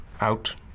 out